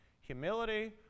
humility